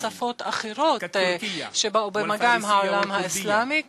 שפות אחרות שבאו במגע עם העולם האסלאמי,